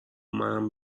منم